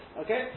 okay